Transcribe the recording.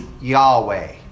Yahweh